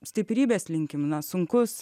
stiprybės linkim na sunkus